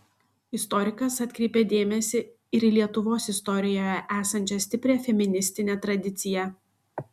istorikas atkreipė dėmesį ir į lietuvos istorijoje esančią stiprią feministinę tradiciją